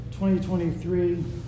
2023